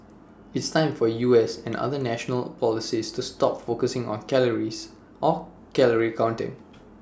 it's time for U S and other national policies to stop focusing on calories or calorie counting